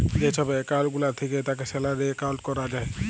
যে ছব একাউল্ট গুলা থ্যাকে তাকে স্যালারি একাউল্ট ক্যরা যায়